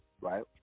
right